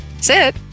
Sit